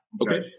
okay